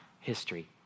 history